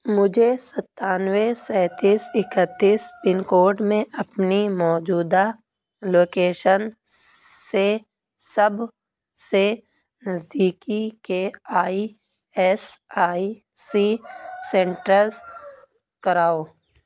مجھے ستانوے سینتس اکیتس پنکوڈ میں اپنی موجودہ لوکیشن سے سب سے نزدیکی کے E S I C centres کراؤ